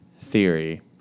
theory